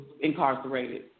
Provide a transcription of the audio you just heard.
incarcerated